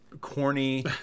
corny